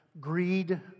greed